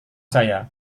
saya